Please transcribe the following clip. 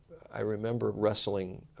i remember wrestling.